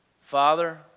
Father